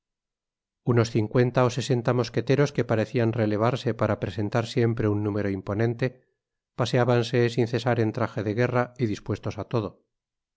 unos cincuenta ó sesenta mosqueteros que parecían relevarse para presentar siempre un número imponente paseábanse sin cesar en traje de guerra y dispuestos á todo